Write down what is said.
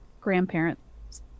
Grandparent's